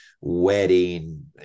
wedding